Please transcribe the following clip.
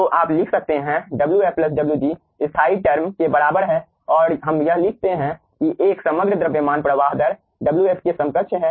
तो आप लिख सकते हैं wf wg स्थायी टर्म के बराबर है और हम यह लिखते हैं कि एक समग्र द्रव्यमान प्रवाह दर w के समकक्ष है